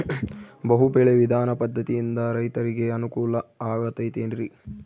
ಬಹು ಬೆಳೆ ವಿಧಾನ ಪದ್ಧತಿಯಿಂದ ರೈತರಿಗೆ ಅನುಕೂಲ ಆಗತೈತೇನ್ರಿ?